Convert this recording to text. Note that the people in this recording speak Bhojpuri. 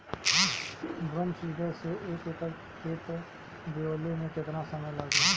ड्रम सीडर से एक एकड़ खेत बोयले मै कितना समय लागी?